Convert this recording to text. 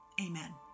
amen